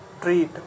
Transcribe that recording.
treat